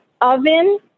oven